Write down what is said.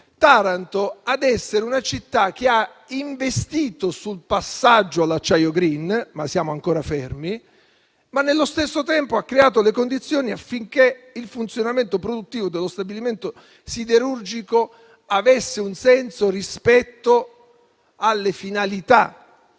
Taranto a essere una città che ha investito sul passaggio all'acciaio *green* - siamo però ancora fermi - ma nello stesso tempo ha creato le condizioni affinché il funzionamento produttivo dello stabilimento siderurgico avesse un senso rispetto alle finalità